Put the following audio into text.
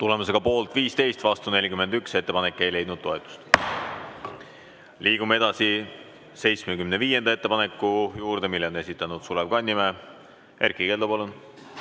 Tulemusega poolt 15 ja vastu 41, ettepanek ei leidnud toetust. Liigume edasi 75. ettepaneku juurde, mille on esitanud Sulev Kannimäe. Erkki Keldo,